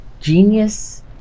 genius